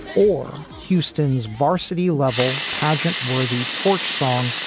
or houston's varsity level pageant worthy torch song.